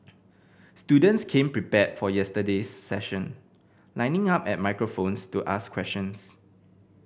students came prepared for yesterday's session lining up at microphones to ask questions